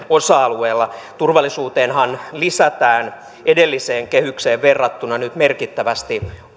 osa alueella turvallisuuteenhan lisätään edelliseen kehykseen verrattuna nyt merkittävästi